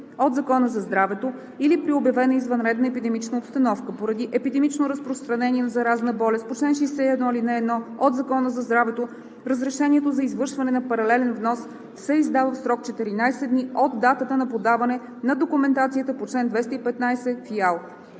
от Закона за здравето или при обявена извънредна епидемична обстановка поради епидемично разпространение на заразна болест по чл. 61, ал. 1 от Закона за здравето разрешението за извършване на паралелен внос се издава в срок 14 дни от датата на подаване на документацията по чл. 215 в ИАЛ.